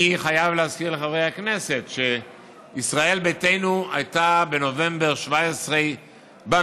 אני חייב להזכיר לחברי הכנסת שישראל ביתנו הייתה בנובמבר 2017 בממשלה,